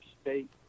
state